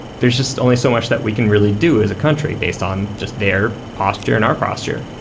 there's just only so much that we can really do as a country based on just their posture and our posture.